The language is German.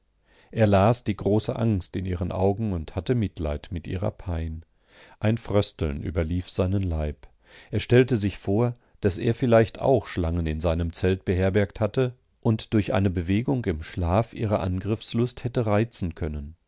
er las die große angst in ihren augen und hatte mitleid mit ihrer pein ein frösteln überlief seinen leib er stellte sich vor daß er vielleicht auch schlangen in seinem zelt beherbergt hatte und durch eine bewegung im schlaf ihre angriffslust hätte reizen können